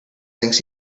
thinks